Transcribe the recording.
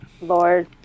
Lord